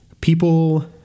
people